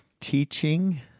teaching